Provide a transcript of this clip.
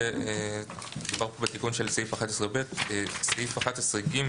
מדובר פה בתיקון של סעיף 11ב. סעיף 11ג,